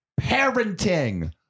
parenting